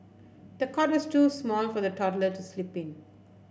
the cot was too small for the toddler to sleep in